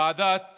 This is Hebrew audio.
ועדת